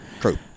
True